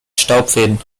staubfäden